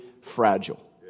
fragile